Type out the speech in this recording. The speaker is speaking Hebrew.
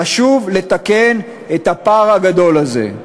חשוב לתקן את הפער הגדול הזה.